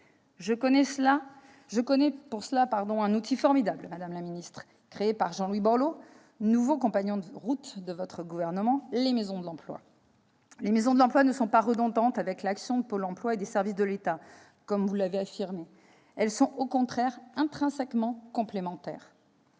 Je connais pour cela un outil formidable, madame la ministre, créé par Jean-Louis Borloo, nouveau compagnon de route de votre gouvernement : les maisons de l'emploi et de la formation, les MEF. Elles ne sont pas redondantes avec l'action de Pôle emploi ni avec celle des services de l'État, comme vous l'avez affirmé. Au contraire, elles en sont intrinsèquement complémentaires.